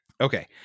Okay